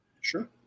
Sure